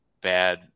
bad